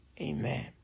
Amen